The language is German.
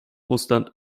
russland